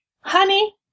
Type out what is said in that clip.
Honey